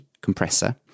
compressor